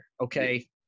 okay